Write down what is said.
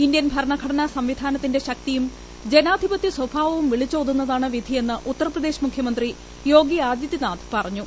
Indian ഭരണഘടനാ സംവിധാനത്തിന്റെ ശക്തിയും ജനാധിപത്യ സ്വഭാവവും വിളിച്ചോതുന്നതാണ് വിധിയെന്ന് ഉത്തർപ്രദേശ് മുഖ്യമന്ത്രി തന്റെ യോഗി ആദിത്യനാഥ് പറഞ്ഞു